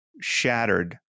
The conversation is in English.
shattered